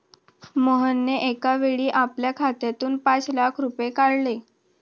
मोहनने एकावेळी आपल्या खात्यातून पाच लाख रुपये काढले